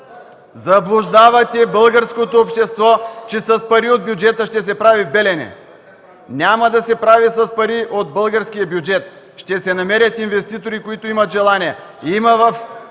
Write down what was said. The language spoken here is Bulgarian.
Заблуждавате българското общество, че с пари от бюджета ще се прави „Белене”. Няма да се прави с пари от българския бюджет, ще се намерят инвеститори, които имат желание. В целия